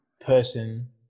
person